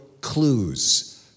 clues